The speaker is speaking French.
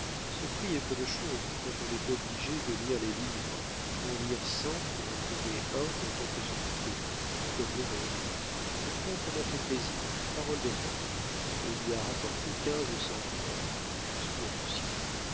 ce prix est peu de chose quand on est obligé de lire les livres d'en lire cent pour en trouver un dont on peut s'occuper comme le vôtre votre œuvre m'a fait plaisir parole d'honneur et il lui a rapporté quinze cents francs dit lousteau